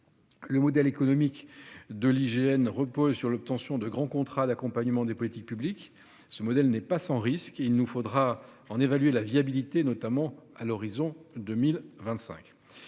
Le modèle économique de l'IGN, qui repose sur l'obtention de grands contrats d'accompagnement des politiques publiques, n'est pas sans risque. Il nous faudra en évaluer la viabilité, notamment à l'horizon 2025.